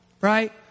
right